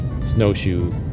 snowshoe